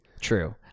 True